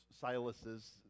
silas's